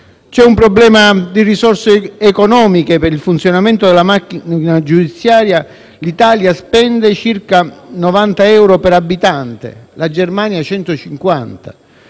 C'è un problema di risorse economiche per il funzionamento della macchina giudiziaria: l'Italia spende circa 90 euro per abitante, mentre la Germania ne